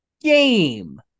game